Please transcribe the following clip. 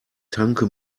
tanke